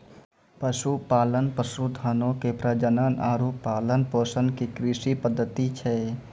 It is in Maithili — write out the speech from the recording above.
पशुपालन, पशुधनो के प्रजनन आरु पालन पोषण के कृषि पद्धति छै